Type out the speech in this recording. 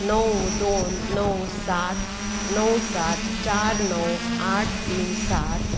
णव दोन णव सात णव सात चार णव आठ तीन सात